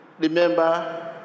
remember